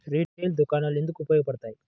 Retail దుకాణాలు ఎందుకు ఉపయోగ పడతాయి?